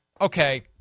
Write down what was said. okay